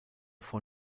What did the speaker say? vor